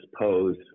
pose